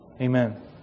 amen